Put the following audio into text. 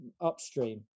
upstream